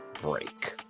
Break